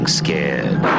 scared